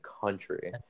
country